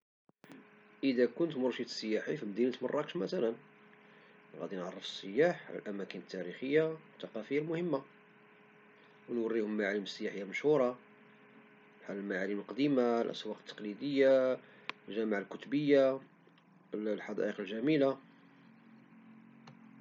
إذا كنت مرشد سياحي في مدينة مراكش مثلا غنعرف السياح على الأماكن التاريخية والثقافية المهمة، ونوريهم المعالم السياحية المشهورة والمعالم القديمة والأسواق التقليدية فحال جامع الكتبية والحدائق الجميلة